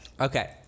Okay